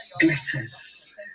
Glitters